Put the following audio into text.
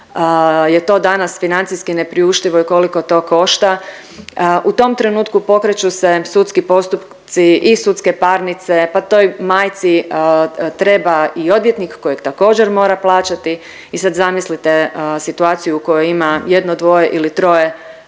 je to danas financijski nepriuštivo i koliko to košta. U tom trenutku pokreću se sudski postupci i sudske parnice pa toj majci treba i odvjetnik kojeg također mora plaćati i sad zamislite situaciju koje ima jedno, dvoje ili troje